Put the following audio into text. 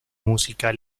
musical